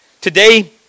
Today